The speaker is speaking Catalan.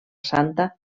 santa